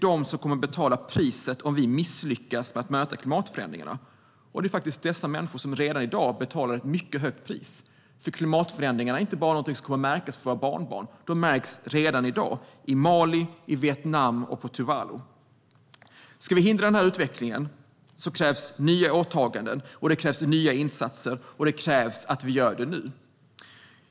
De kommer att betala priset om vi misslyckas med att möta klimatförändringarna. Dessa människor betalar redan i dag ett mycket högt pris. Klimatförändringarna är inte något som bara våra barnbarn kommer att märka. De märks redan i dag, i Mali, i Vietnam och i Tuvalu. Om vi ska förhindra denna utveckling krävs nya åtaganden. Det krävs nya insatser, och det krävs att vi gör det nu.